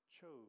chose